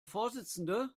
vorsitzende